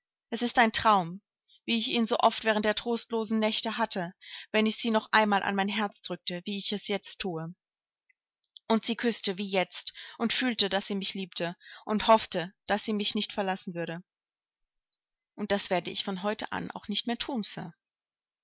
es ist ein traum wie ich ihn so oft während der trostlosen nächte hatte wenn ich sie noch einmal an mein herz drückte wie ich es jetzt thue und sie küßte wie jetzt und fühlte daß sie mich liebte und hoffte daß sie mich nicht verlassen würde und das werde ich von heute an auch nicht mehr thun sir